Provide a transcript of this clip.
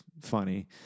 funny